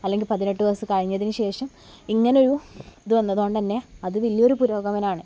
അല്ലെങ്കിൽ പതിനെട്ട് വയസ്സു കഴിഞ്ഞതിനു ശേഷം ഇങ്ങനൊരു ഇത് വന്നതു കൊണ്ടു തന്നെ അത് വലിയൊരു പുരോഗമനാണ്